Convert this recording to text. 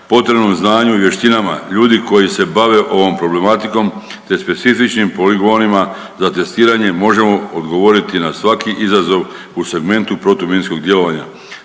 potrebnom znanju i vještinama ljudi koji se bave ovom problematikom, te specifičnim poligonima za testiranje možemo odgovoriti na svaki izazov u segmentu protuminskog djelovanja,